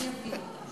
אני אבהיר.